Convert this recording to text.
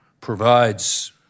provides